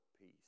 peace